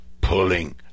pulling